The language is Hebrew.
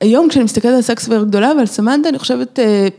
היום כשאני מסתכלת על סקס בעיר הגדולה ועל סמנתה, אני חושבת...